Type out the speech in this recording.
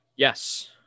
Yes